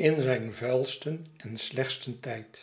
boz vuilsten en slechtsten tyd